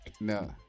No